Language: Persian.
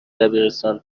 دبیرستان